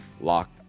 locked